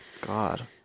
God